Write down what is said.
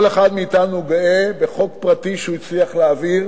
כל אחד מאתנו גאה בחוק פרטי שהוא הצליח להעביר,